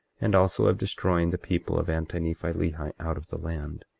and also of destroying the people of anti-nephi-lehi out of the land.